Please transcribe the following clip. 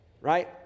right